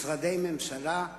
משרדי ממשלה,